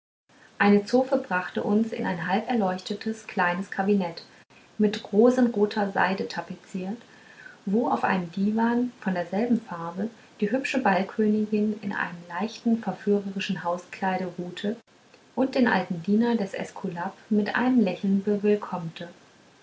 eine zofe brachte uns in ein halberleuchtetes kleines kabinett mit rosenroter seide tapeziert wo auf einem diwan von derselben farbe die hübsche ballkönigin in einem leichten verführerischen hauskleide ruhte und den alten diener des äskulap mit einem lächeln